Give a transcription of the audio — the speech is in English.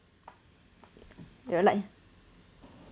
your light